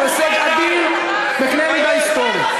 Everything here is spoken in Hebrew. הוא הישג אדיר בקנה-מידה היסטורי,